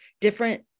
different